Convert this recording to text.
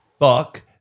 Fuck